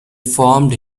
formed